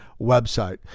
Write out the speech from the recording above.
website